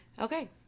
Okay